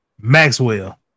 Maxwell